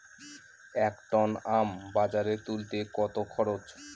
এক টন আম বাজারে তুলতে কত খরচ?